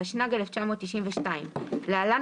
התשנ"ג-1992 (להלן,